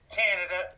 canada